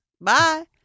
bye